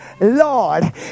Lord